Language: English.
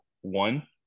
one